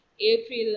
april